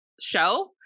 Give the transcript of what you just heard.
show